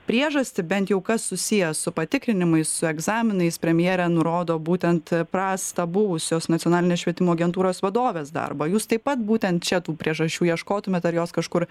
priežastį bent jau kas susiję su patikrinimais su egzaminais premjerė nurodo būtent prastą buvusios nacionalinės švietimo agentūros vadovės darbą jūs taip pat būtent čia tų priežasčių ieškotumėt ar jos kažkur